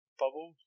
bubble